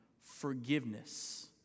forgiveness